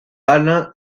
alain